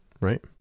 right